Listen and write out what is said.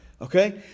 okay